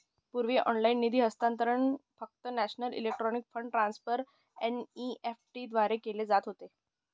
पूर्वी ऑनलाइन निधी हस्तांतरण फक्त national electronic fund transfer NEFT द्वारे केले जात होते